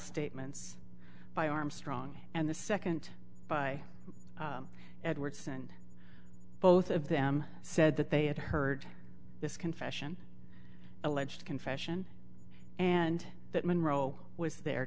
statements by armstrong and the second by edwards and both of them said that they had heard this confession alleged confession and that monroe was there